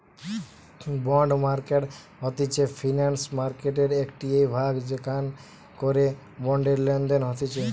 bond market হতিছে financial মার্কেটের একটিই ভাগ যেখান করে বন্ডের লেনদেন হতিছে